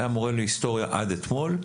היה מורה להיסטוריה עד אתמול,